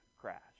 crash